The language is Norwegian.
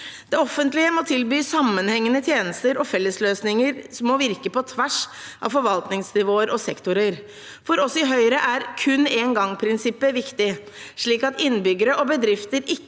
Det offentlige må tilby sammenhengende tjenester, og fellesløsninger må virke på tvers av forvaltningsnivåer og sektorer. For oss i Høyre er kun-én-gang-prinsippet viktig, slik at innbyggere og bedrifter ikke